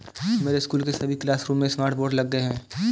मेरे स्कूल के सभी क्लासरूम में स्मार्ट बोर्ड लग गए हैं